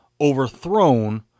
overthrown